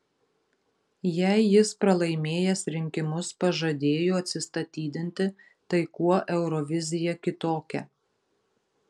jei jis pralaimėjęs rinkimus pažadėjo atsistatydinti tai kuo eurovizija kitokia